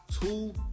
two